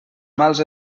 mals